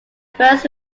first